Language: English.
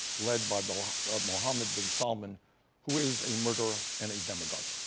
led by but mohammed bin salman who is a murderer and a demagogue.